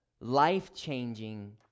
life-changing